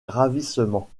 ravissement